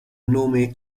nome